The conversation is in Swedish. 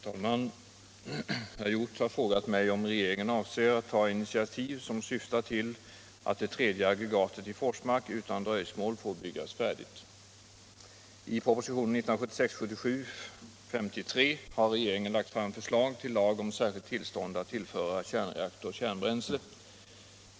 Herr talman! Herr Hjorth har frågat mig om regeringen avser att ta initiativ som syftar till att det tredje aggregatet i Forsmark utan dröjsmål får byggas färdigt. I propositionen 1976/77:53 har regeringen lagt fram förslag till lag om särskilt tillstånd att tillföra kärnreaktor kärnbränsle.